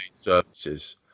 services